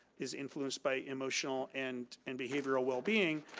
is influenced by emotional and and behavioral well being.